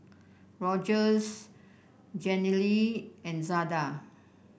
Rogers Jenilee and Zada